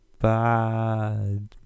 bad